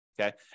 okay